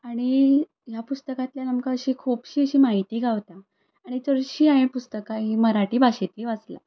आनी ह्या पुस्तकांतल्यान आमकां अशी खुबशी अशी म्हायती गावता हरशीं हांयें पुस्तकां काही मराठी भाशेंतलीं वाचलां